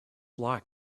like